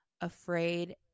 afraid